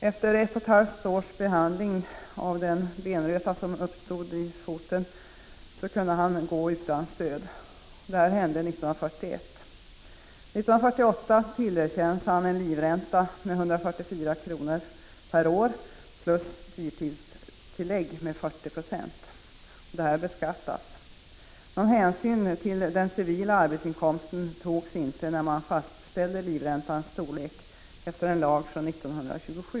Efter ett och ett halvt års behandling av den benröta som uppstod i foten kunde han gå utan stöd. Detta hände alltså 1941. År 1948 tillerkändes han en livränta på 144 kr. per år plus dyrtidstillägg med 40 20. Ersättningen beskattas. Någon hänsyn till den civila arbetsinkomsten togs inte när livräntans storlek fastställdes enligt en lag från 1927.